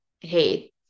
Hey